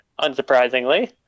unsurprisingly